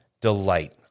delight